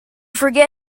forget